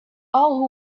all